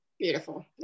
Beautiful